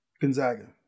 Gonzaga